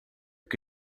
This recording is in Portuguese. que